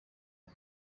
iki